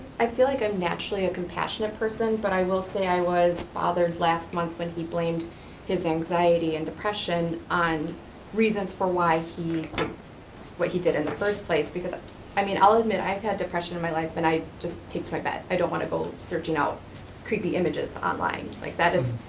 i feel like i'm naturally a compassionate person, but i will say i was bothered last month when he blamed his anxiety and depression on reasons for why he did, what he did in the first place, because i mean i'll admit, i've had depression in my life and i just take to my bed, i don't want to go searching out creepy images online, like that is,